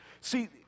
See